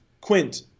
Quint